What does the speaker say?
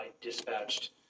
dispatched